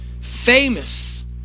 Famous